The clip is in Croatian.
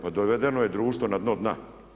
Pa dovedeno je društvo na dno dna.